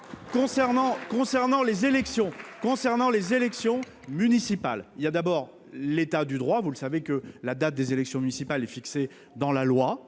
Concernant les élections municipales, il y a d'abord l'état du droit. Vous le savez, la date des élections municipales est fixée par un